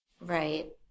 Right